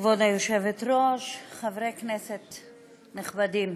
כבוד היושבת-ראש, חברי הכנסת הנכבדים,